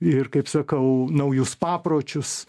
ir kaip sakau naujus papročius